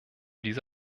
diese